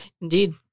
Indeed